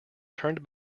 turned